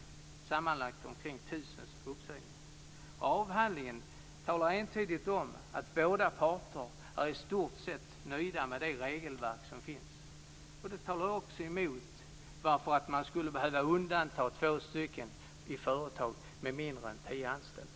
Det var sammanlagt omkring 1 000 uppsägningar. Avhandlingen talar entydigt om att båda parter var i stort sett nöjda med det regelverk som finns. Det talar också emot att man skulle behöva undanta två i företag med mindre än tio anställda.